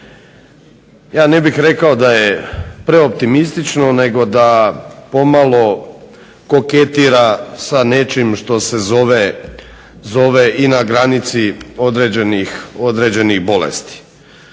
ja ne bih rekao da je preoptimistično nego da pomalo koketira sa nečim što se zove i na granici određenih bolesti.